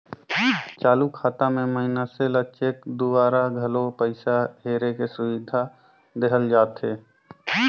चालू खाता मे मइनसे ल चेक दूवारा घलो पइसा हेरे के सुबिधा देहल जाथे